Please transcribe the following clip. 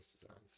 designs